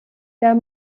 der